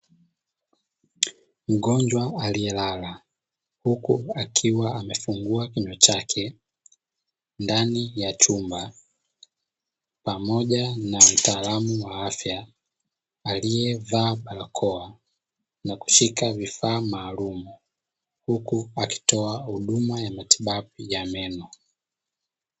Mgonjwa aliyelala huku akiwa amefungua kinywa chake ndani ya chumba, pamoja na mtaalamu wa afya aliyevaa barakoa na kushika vifaa maalumu, huku akitoa huduma ya matibabu ya meno.